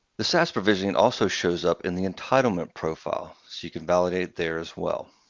the saas provision also shows up in the entitlement profile. so you can validate there as well.